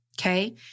okay